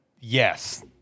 Yes